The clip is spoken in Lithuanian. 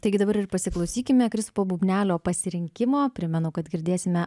taigi dabar ir pasiklausykime kristupo bubnelio pasirinkimo primenu kad girdėsime